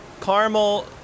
caramel